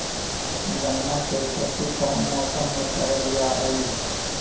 गन्ना के खेती कोउन मौसम मे करल जा हई?